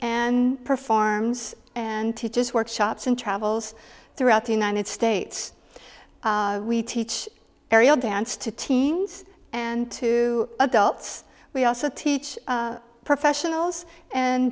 and performs and teaches workshops and travels throughout the united states we teach aerial dance to teens and to adults we also teach professionals and